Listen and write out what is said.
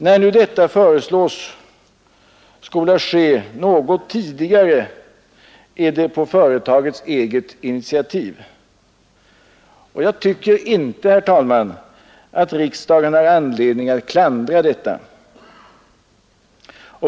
När nu detta föreslås skola ske något tidigare, är det på företagets eget initiativ, och jag tycker inte, herr talman, att riksdagen har anledning att klandra detta.